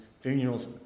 funerals